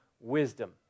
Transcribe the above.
wisdom